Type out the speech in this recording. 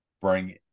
bring